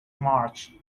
march